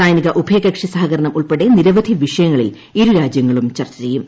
സൈനിക ഉഭ്യക്ക്ഷി സഹകരണം ഉൾപ്പെടെ നിരവധി വിഷയങ്ങളിൽ ഇരു രാജ്യങ്ങളും ചർച്ച ചെയ്യും